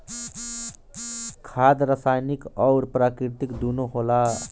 खाद रासायनिक अउर प्राकृतिक दूनो होला